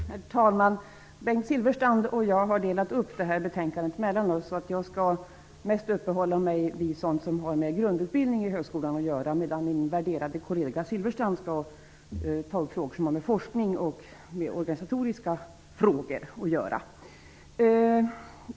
Herr talman! Bengt Silfverstrand och jag har delat upp betänkandet mellan oss. Jag skall mest uppehålla mig vid sådant som har med grundutbildning i högskolan att göra, medan min värderade kollega Bengt Silfverstrand skall ta upp frågor som har att göra med forskning och organisatoriska frågor.